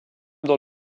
dans